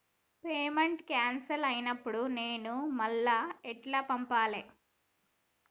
Payment cancel అయినపుడు నేను మళ్ళా ఎట్ల పంపాలే?